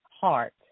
heart